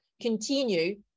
continue